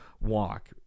walk